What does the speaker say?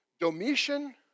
Domitian